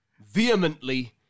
vehemently